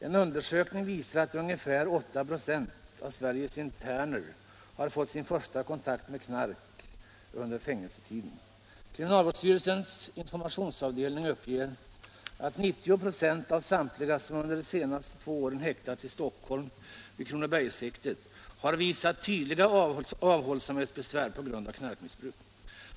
En undersökning visar att ungefär 8 96 av Sveriges interner har fått sin första kontakt med knark under fängelsetiden. Kriminalvårdsstyrelsens informationsavdelning uppger att 90 26 av samtliga som under de senaste två åren häktats i Stockholm vid Kronobergshäktet har visat tydliga avhållsam hetsbesvär på grund av knarkmissbruk.